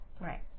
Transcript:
Right